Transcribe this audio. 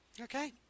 Okay